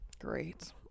Great